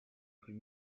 plus